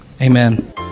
amen